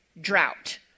drought